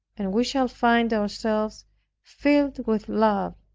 and we shall find ourselves filled with love,